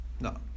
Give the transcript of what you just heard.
no